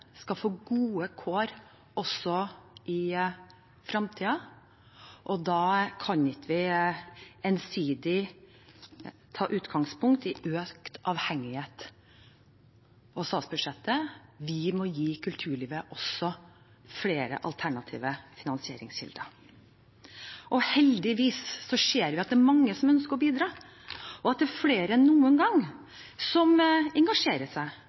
skal få gode kår også i fremtiden, og da kan vi ikke ensidig ta utgangspunkt i økt avhengighet av statsbudsjettet, vi må også gi kulturlivet flere alternative finansieringskilder. Heldigvis ser vi at det er mange som ønsker å bidra, og at det er flere enn noen gang som engasjerer seg,